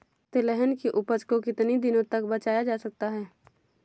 तिलहन की उपज को कितनी दिनों तक बचाया जा सकता है?